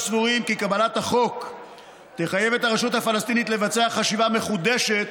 אנו סבורים כי קבלת החוק תחייב את הרשות הפלסטינית לבצע חשיבה מחודשת